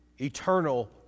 eternal